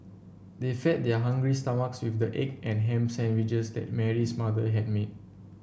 they fed their hungry stomachs with the egg and ham sandwiches that Mary's mother had made